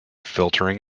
filtering